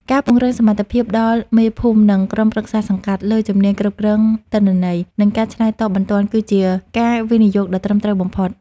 ការពង្រឹងសមត្ថភាពដល់មេភូមិ និងក្រុមប្រឹក្សាសង្កាត់ លើជំនាញគ្រប់គ្រងទិន្នន័យ និងការឆ្លើយតបបន្ទាន់ គឺជាការវិនិយោគដ៏ត្រឹមត្រូវបំផុត។